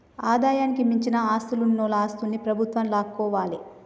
ఆదాయానికి మించిన ఆస్తులున్నోల ఆస్తుల్ని ప్రభుత్వం లాక్కోవాలే